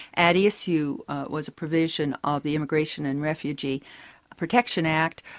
at issue was a provision ah of the immigration and refugee protection act,